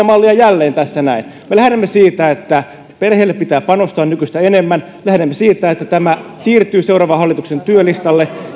mallia jälleen tässä näin me lähdemme siitä että perheisiin pitää panostaa nykyistä enemmän lähdemme siitä että tämä siirtyy seuraavan hallituksen työlistalle